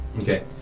Okay